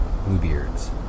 Bluebeards